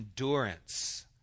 endurance